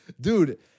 dude